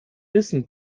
wissen